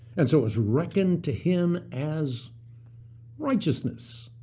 and so it was reckoned to him as righteousness.